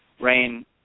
rain